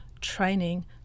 training